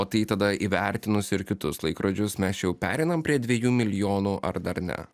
o tai tada įvertinus ir kitus laikrodžius mes jau pereinam prie dviejų milijonų ar dar ne